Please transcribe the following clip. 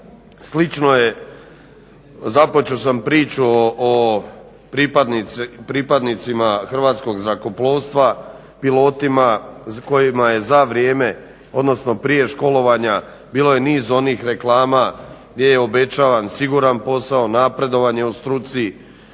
slično je, započeo sam priču o pripadnicima Hrvatskog zrakoplovstva, pilotima kojima je za vrijeme, odnosno prije školovanja bilo je niz onih reklama gdje je obećavan siguran posao, napredovanje u struci,